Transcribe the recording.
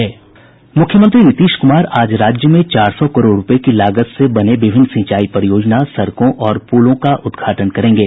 मुख्यमंत्री नीतीश कुमार आज राज्य में चार सौ करोड़ रूपये की लागत से बने विभिन्न सिंचाई परियोजना सड़कों और पुलों का उद्घाटन करेंगे